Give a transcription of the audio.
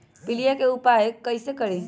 पीलिया के उपाय कई से करी?